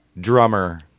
drummer